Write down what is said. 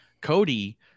Cody